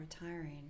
retiring